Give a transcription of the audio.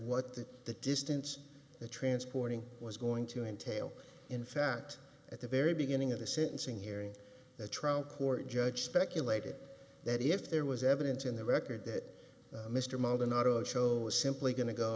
the the distance the transporting was going to entail in fact at the very beginning of the sentencing hearing the trial court judge speculated that if there was evidence in the record that mr maldonado show is simply going to go